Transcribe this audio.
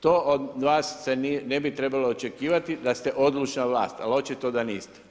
To od vas se ne bi trebalo očekivati da ste odlučna vlast ali očito da niste.